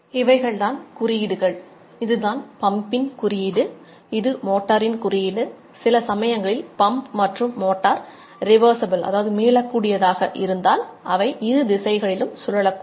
இவைகள்தான் குறியீடுகள் இருந்தால் அவை இரு திசைகளிலும் சுழலக்கூடும்